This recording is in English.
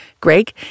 Greg